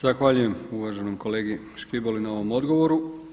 Zahvaljujem uvaženom kolegi Škiboli na ovom odgovoru.